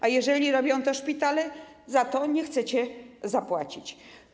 A jeżeli robią to szpitale, za to nie chcecie zapłacić.